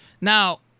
Now